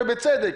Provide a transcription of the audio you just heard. ובצדק,